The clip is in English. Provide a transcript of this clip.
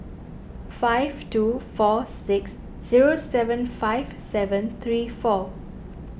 five two four six zero seven five seven three four